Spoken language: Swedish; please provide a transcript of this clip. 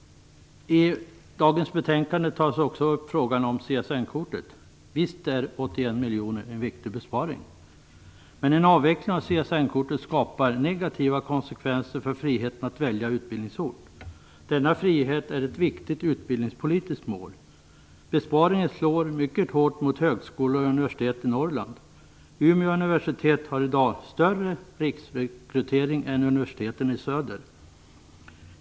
I betänkandet tas också frågan om CSN-kortet upp. Visst är 81 miljoner en viktig besparing. Men en avveckling av CSN-kortet skapar negativa konsekvenser för friheten att välja utbildningsort. Denna frihet är ett viktigt utbildningspolitiskt mål. Besparingen slår mycket hårt mot högskolor och universitet i Norrland. Umeå universitet har i dag större riksrekrytering än universiteten i söder.